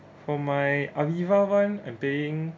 for my Aviva [one] I'm paying